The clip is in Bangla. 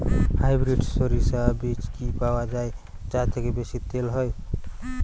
হাইব্রিড শরিষা বীজ কি পাওয়া য়ায় যা থেকে বেশি তেল হয়?